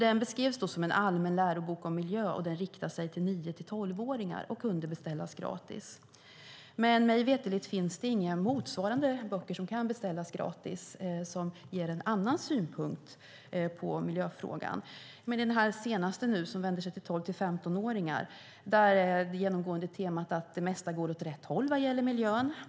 Den beskrevs som en allmän lärobok om miljö, och den riktade sig till 9-12-åringar och kunde beställas gratis. Mig veterligt finns det inga motsvarande böcker som kan beställas gratis som ger en annan synvinkel på miljöfrågan. I den senaste upplagan som vänder sig till 12-15-åringar är det genomgående temat att det mesta går åt rätt håll vad gäller miljön.